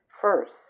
First